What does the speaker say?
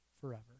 forever